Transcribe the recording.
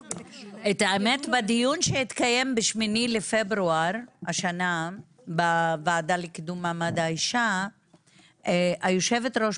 בדיון שהתקיים ב-8 בפברואר השנה בוועדה לקידום מעמד האישה היושבת ראש,